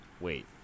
wait